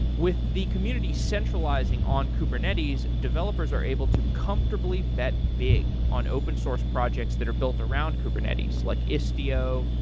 with the community centralizing on kubernetes, developers are able to comfortably bet big on open source projects that are built around kubernetes like istio,